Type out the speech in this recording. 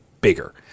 bigger